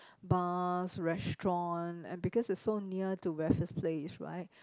bars restaurant and because it's so near to Raffles-Place right